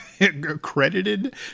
credited